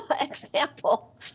example